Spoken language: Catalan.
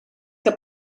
que